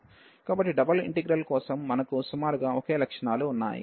కాబట్టి double integral కోసం మనకు సుమారుగా ఒకే లక్షణాలు ఉన్నాయి